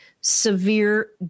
Severe